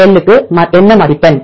L க்கு என்ன மதிப்பெண்